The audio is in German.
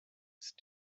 ist